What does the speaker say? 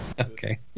Okay